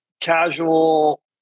casual